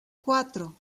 cuatro